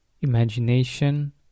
Imagination